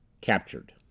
Captured